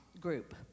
group